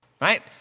Right